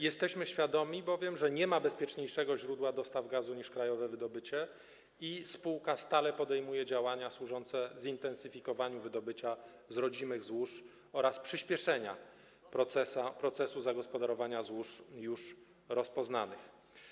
Jesteśmy świadomi bowiem, że nie ma bezpieczniejszego źródła gazu niż krajowe wydobycie, i spółka stale podejmuje działania służące zintensyfikowaniu wydobycia z rodzimych złóż oraz przyspieszeniu procesu zagospodarowania złóż już rozpoznanych.